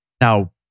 Now